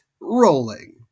rolling